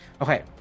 okay